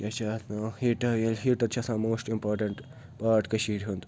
کیٛاہ چھِ اَتھ ناوان ہیٖٹر ییٚلہِ ہیٖٹَر چھِ آسان موسٹ اِمپاٹَنٛٹ پاٹ کٔشیٖرِ ہُنٛد